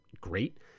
great